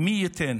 מי ייתן